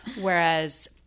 Whereas